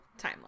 timeline